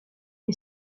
che